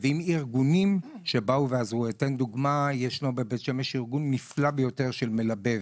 ישנו בבית שמש ארגון נפלא בשם ׳מלבב׳,